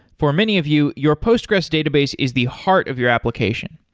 for many of you, your postgressql database is the heart of your application.